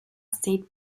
state